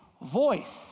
voice